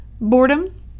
boredom